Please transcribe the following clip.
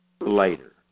later